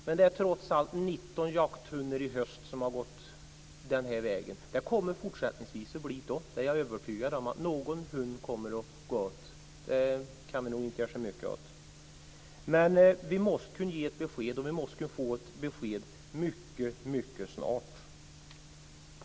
Men det är trots allt 19 jakthundar som i höst har dödats, och jag är övertygad om att några hundar kommer att gå åt också i fortsättningen. Det kan vi inte göra så mycket åt. Men vi måste kunna få ett besked mycket snart.